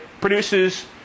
produces